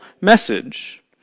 message